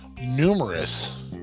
Numerous